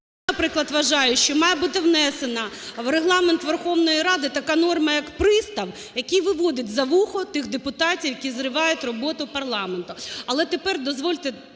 наприклад, вважаю, що має бути внесена в Регламент Верховної Ради така норма як пристав, який виводить за вухо тих депутатів, які зривають роботу парламенту. Але тепер дозвольте,